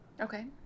Okay